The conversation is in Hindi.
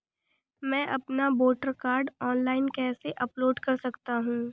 मैं अपना वोटर कार्ड ऑनलाइन कैसे अपलोड कर सकता हूँ?